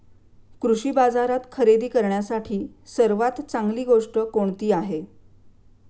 कृषी बाजारात खरेदी करण्यासाठी सर्वात चांगली गोष्ट कोणती आहे?